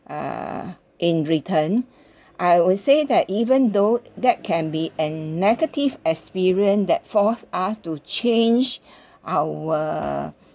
uh in return I would say that even though that can be an negative experience that force asked to change our